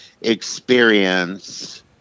experience